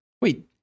Wait